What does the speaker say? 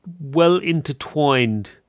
well-intertwined